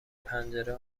پنجره